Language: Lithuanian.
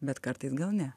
bet kartais gal ne